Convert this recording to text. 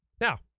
Now